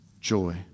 joy